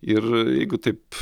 ir jeigu taip